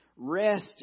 Rest